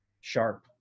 sharp